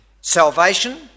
Salvation